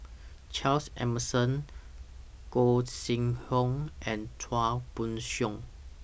Charles Emmerson Gog Sing Hooi and Chua Koon Siong